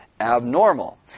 Abnormal